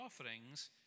offerings